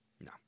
No